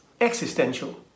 existential